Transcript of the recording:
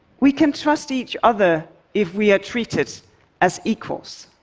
we can trust each other if we are treated as equals.